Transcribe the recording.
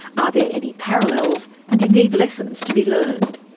are there any parallels and indeed lessons to be learned?